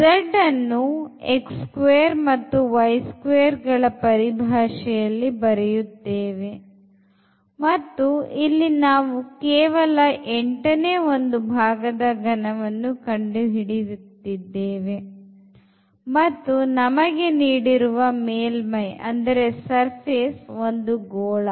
z ಅನ್ನು ಗಳ ಪರಿಭಾಷೆಯಲ್ಲಿ ಬರೆಯುತ್ತೇವೆ ಮತ್ತು ಇಲ್ಲಿ ನಾವು ಕೇವಲ ಎಂಟನೇ ಒಂದು ಭಾಗದ ಘನವನ್ನು ಕಂಡುಹಿಡಿಯುತ್ತಿದ್ದೇವೆ ಮತ್ತು ನಮಗೆ ನೀಡಿರುವ ಮೇಲ್ಮೈ ಒಂದು ಗೋಳ